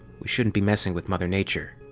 we shouldn't be messing with mother nature.